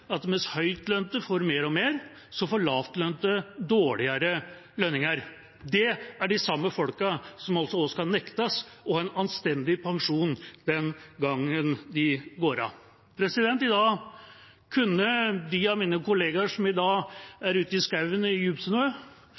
at mens høytlønte får mer og mer, får lavtlønte lavere lønninger. Det er de samme folkene som også nå skal nektes en anstendig pensjon den dagen de går av. I dag kunne de av mine kolleger som i dag er ute i skogen i